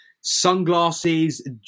sunglasses